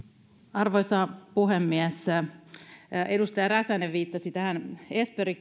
arvoisa puhemies edustaja räsänen viittasi tähän esperi